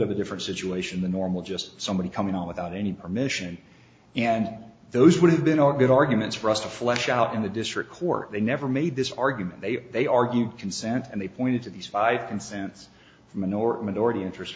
of a different situation than normal just somebody coming out without any permission and those would have been a good arguments for us to flesh out in the district court they never made this argument they they argue consent and they pointed to these i can sense from a north minority interest